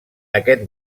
aquest